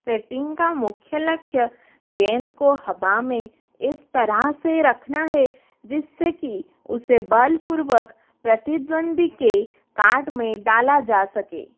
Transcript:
setting का मुख्य लक्ष्य गेंद को हवा में इस तरह से रखना है जिससे कि उसे बलपूर्वक प्रतिद्वंदी के कार्ट में डाला जा सके